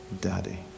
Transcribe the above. Daddy